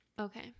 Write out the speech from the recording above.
okay